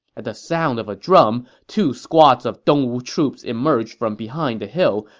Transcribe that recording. at the sound of a drum, two squads of dongwu troops emerged from behind the hill,